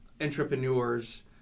entrepreneurs